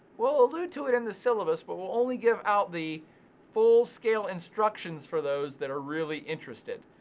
we'll allude to it in the syllabus but we'll only give out the full scale instructions for those that are really interested.